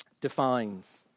defines